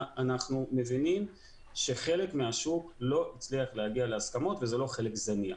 אנחנו מבינים שחלק מהשוק לא הצליח להגיע להסכמות וזה לא חלק זניח.